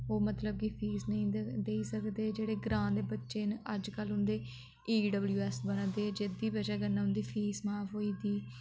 ओह् मतलब कि फीस नेईं देई सकदे जेह्ड़े ग्रांऽ दे बच्चे न अज्जकल उंदे ई डब्लयु एस बना दे जेह्दी बजह कन्नै उं'दी फीस माफ होई जंदी